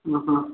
ఆహా